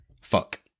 Fuck